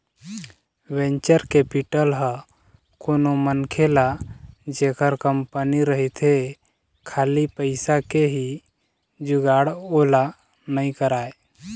venture capital ह कोनो मनखे ल जेखर कंपनी रहिथे खाली पइसा के ही जुगाड़ ओला नइ कराय